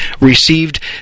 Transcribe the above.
received